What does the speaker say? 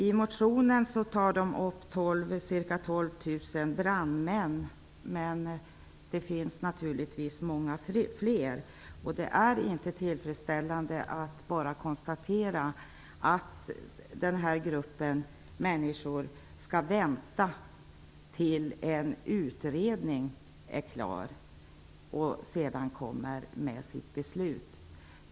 I motionen tar de upp ca 12 000 brandmän, men det finns naturligtvis många fler. Det är inte tillfredsställande att bara konstatera att den här gruppen människor skall vänta till dess att en utredning är klar.